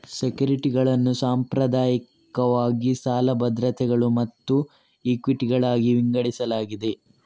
ಸೆಕ್ಯುರಿಟಿಗಳನ್ನು ಸಾಂಪ್ರದಾಯಿಕವಾಗಿ ಸಾಲ ಭದ್ರತೆಗಳು ಮತ್ತು ಇಕ್ವಿಟಿಗಳಾಗಿ ವಿಂಗಡಿಸಲಾಗಿದೆ